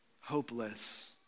hopeless